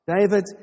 David